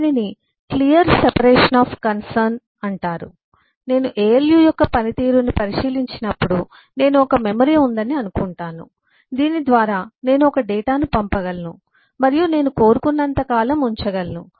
దీనిని clear separation of concern clear seperation of concern విషయాల స్పష్టమైన విభజన అంటారు నేను ALU యొక్క పనితీరును పరిశీలించినప్పుడు నేను ఒక మెమరీ ఉందని అనుకుంటాను దీని ద్వారా నేను ఒక డేటాను పంపగలను మరియు నేను కోరుకున్నంత కాలం ఉంచగలను